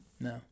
No